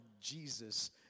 Jesus